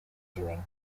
doing